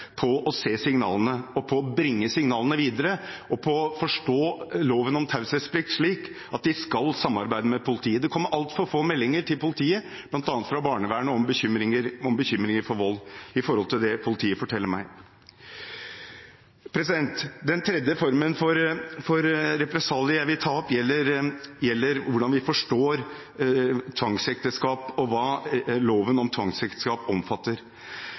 å se signalene, til å bringe signalene videre og til å forstå loven om taushetsplikt slik at de skal samarbeide med politiet. Det kommer altfor få meldinger til politiet, bl.a. fra barnevernet, om bekymringer om vold i forhold til det politiet forteller meg. Den tredje formen for represalie jeg vil ta opp, gjelder hvordan vi forstår tvangsekteskap, og hva loven om tvangsekteskap omfatter.